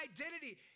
identity